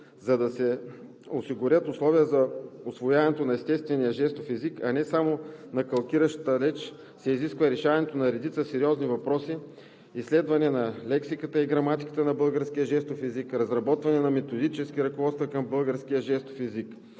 За да се осигурят условия за усвояването на естествения жестов език, а не само на калкиращата реч се изисква решаването на редица сериозни въпроси – изследване на лексиката и граматиката на българския жестов език, разработване на методически ръководства към българския жестов език.